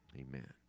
Amen